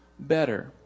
better